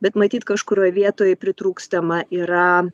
bet matyt kažkurioj vietoj pritrūkstama yra